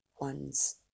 ones